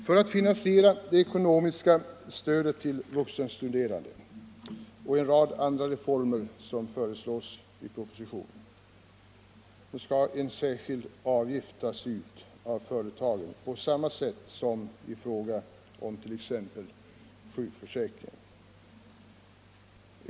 För att finansiera det ekonomiska stödet till vuxenstuderande och en rad andra reformer som föreslås i propositionen skall en särskild avgift tas ut av företagen på samma sätt som i fråga om t.ex. sjukförsäkringen.